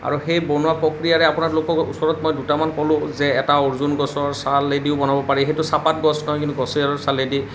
আৰু সেই বনোৱা প্ৰক্ৰিয়াৰে আপোনালোকক ওচৰত মই দুটা মান ক'লো যে এটা অৰ্জুন গছৰ চালেদিও বনাব পাৰি সেইটো চাহপাত গছ নহয় কিন্তু গছৰ চালেদি